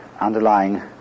underlying